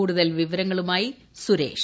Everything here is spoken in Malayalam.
കൂടുതൽ വിവരങ്ങളുമായി സുരേഷ്